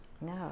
No